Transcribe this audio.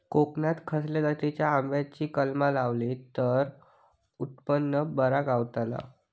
कोकणात खसल्या जातीच्या आंब्याची कलमा लायली तर उत्पन बरा गावताला?